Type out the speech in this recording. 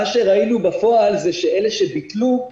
מה שראינו בפועל, זה אלה שביטלו,